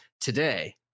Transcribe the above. today